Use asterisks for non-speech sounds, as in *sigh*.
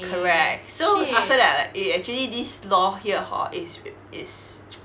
correct so after that I like eh actually this law here hor is is *noise*